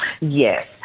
Yes